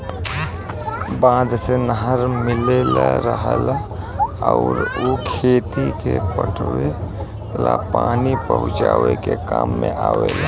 बांध से नहर मिलल रहेला अउर उ खेते के पटावे ला पानी पहुचावे के काम में आवेला